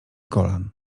kolan